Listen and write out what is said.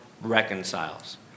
reconciles